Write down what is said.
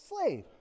slave